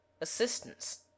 assistance